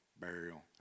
burial